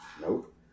Nope